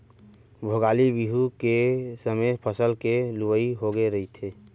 भोगाली बिहू के समे फसल के लुवई होगे रहिथे